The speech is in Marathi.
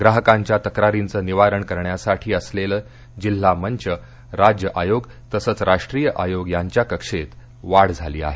ग्राहकांच्या तक्रारींचं निवारण करण्यासाठी असलेले जिल्हा मंच राज्य आयोग तसंच राष्ट्रीय आयोग यांच्या कक्षेत वाढ झाली आहे